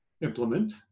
implement